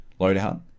loadout